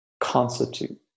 constitute